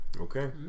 Okay